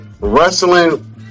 wrestling